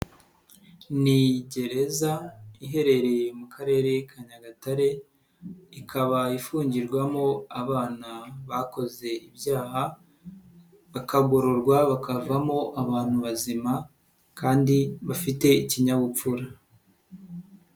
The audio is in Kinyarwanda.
Ni gereza iherereye mu Karere ka Nyagatare ikaba ifungirwamo abana bakoze ibyaha, bakagororwa bakavamo abantu bazima kandi bafite ikinyabupfura.